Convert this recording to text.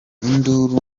induru